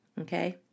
Okay